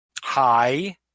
Hi